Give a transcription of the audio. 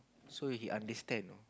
so he understand know